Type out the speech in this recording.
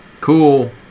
Cool